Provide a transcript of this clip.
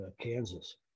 Kansas